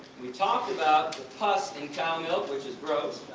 we talked about the pus in cow milk, which is gross.